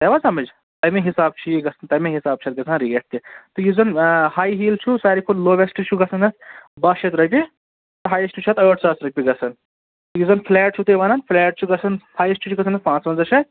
تۅہہِ آوا سَمج تَمی حِسابہٕ چھُ یہِ گژھان تَمی حٕسابہٕ چھُ اَتھ گژھان ریٚٹ تہِ تہٕ یُس زَن ہاے ہیٖل چھُ سارِوٕے کھۅتہٕ لوویٚسٹ چھُ گژھان اتھ باہ شیٚتھ رۅپیہِ ہایٚسٹ چھُ اتھ آٹھ ساس رۅپیہِ گژھان یُس زَن فُلیٹ چھُو تُہۍ وَنن فُلیٹ چھُ گژھان ہایٚسٹ چھُ گژھان اتھ پانٛژٕ ونٛزاہ شتھ